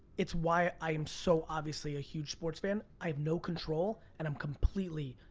it's why i am so obviously a huge sports fan. i have no control, and i'm completely,